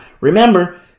remember